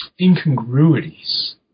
incongruities